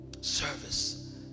service